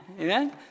Amen